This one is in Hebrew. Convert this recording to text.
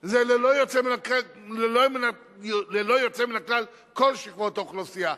הם ללא יוצא מן הכלל כל שכבות האוכלוסייה.